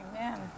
Amen